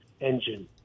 engine